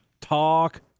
talk